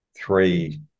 three